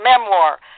memoir